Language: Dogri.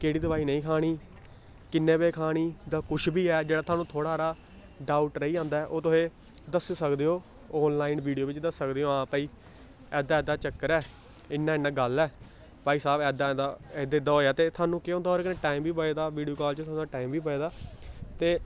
केह्ड़ी दोआई नेईं खानी किन्ने बजे खानी कुछ बी ऐ जेह्ड़ा थुहानूं थोह्ड़ा हारा डाऊट रेही जंदा ऐ ओह् तुहें दस्सी सकदे ओ आनलाइन वीडियो बिच्च दस्सी सकदे ओ हां भाई ऐदां ऐदां चक्कर ऐ इ'यां इ'यां गल्ल ऐ भाई साह्ब ऐदां ऐदां ऐदां ऐदां होएआ ते थुहानूं केह् होंदा ओह्दे कन्नै टाइम बी बचदा वीडियो काल च थुआढ़ा टाइम बी बचदा ते